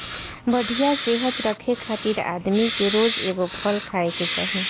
बढ़िया सेहत रखे खातिर आदमी के रोज एगो फल खाए के चाही